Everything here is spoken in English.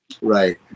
Right